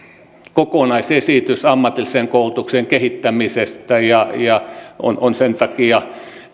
kokonaisesitys ammatillisen koulutuksen kehittämisestä että sen takia on ehkä